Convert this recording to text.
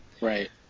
Right